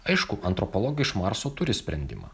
aišku antropologai iš marso turi sprendimą